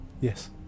Yes